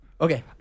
Okay